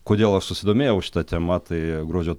kodėl aš susidomėjau šita tema tai gruodžio